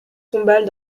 tombales